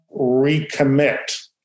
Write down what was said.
recommit